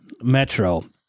Metro